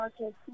Okay